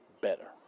better